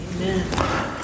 Amen